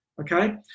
Okay